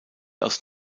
aus